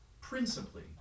principally